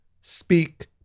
speak